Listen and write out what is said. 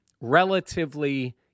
relatively –